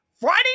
Friday